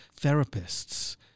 therapists